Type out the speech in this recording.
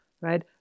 right